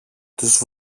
τους